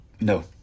No